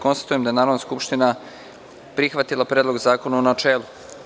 Konstatujem da je Narodna skupština prihvatila Predlog zakona, u načelu.